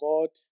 God